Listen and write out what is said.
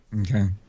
Okay